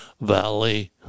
valley